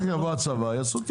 אחר כך יבוא הצבא ויעשו תיקון.